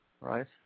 right